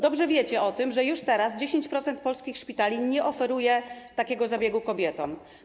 Dobrze wiecie o tym, że już teraz 10% polskich szpitali nie oferuje takiego zabiegu kobietom.